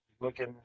Looking